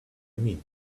mean